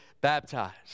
baptized